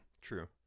True